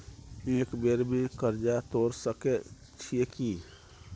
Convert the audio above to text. एक बेर में कर्जा तोर सके छियै की?